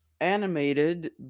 animated